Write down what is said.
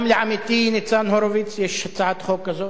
גם לעמיתי ניצן הורוביץ יש הצעת חוק כזאת.